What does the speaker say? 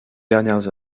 dernières